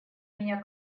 меня